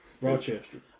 rochester